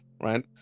right